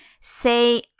Say